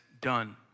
done